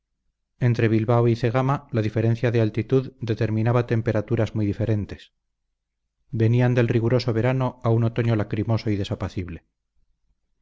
entre bilbao y cegama la diferencia de altitud determinaba temperaturas muy diferentes venían del riguroso verano a un otoño lacrimoso y